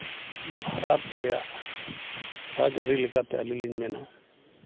ᱵᱷᱟᱨᱚᱛ ᱨᱮᱭᱟᱜ ᱨᱟᱡᱽᱼᱟᱹᱨᱤ ᱞᱮᱠᱟᱛᱮ ᱟᱹᱞᱤᱧ ᱞᱤᱧ ᱢᱮᱱᱟ